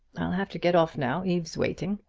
i'll have to get off now, eve's waiting.